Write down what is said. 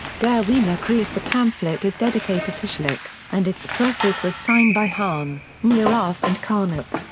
der wiener kreis the pamphlet is dedicated to schlick, and its preface was signed by hahn, neurath and carnap.